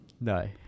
No